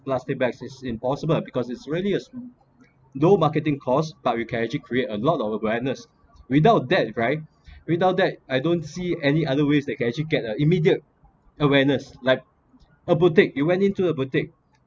plastic bags is impossible because it's really a low marketing costs but we can actually create a lot of awareness without that right without that I don't see any other ways that can actually get a immediate awareness like a boutique you went into a boutique